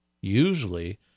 Usually